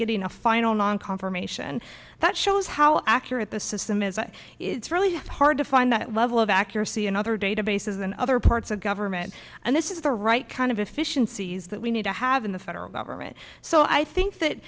getting a final non confirmation that shows how accurate the system is that it's really hard to find that level of accuracy in other databases and other parts of government and this is the right kind of efficiencies that we need to have in the federal government so i think that